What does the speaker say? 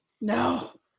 No